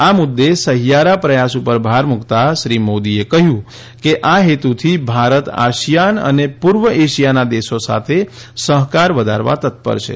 આ મુદ્દે સહિયારા પ્રયાસ ઉપર ભાર મુકતા શ્રી મોદીએ કહ્યું કે આ હેતુથી ભારત આસિયાન અને પૂર્વ એશિયાના દેશો સાથે સહકાર વધારવા તત્પર છે